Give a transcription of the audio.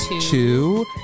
Two